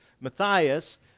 Matthias